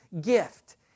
gift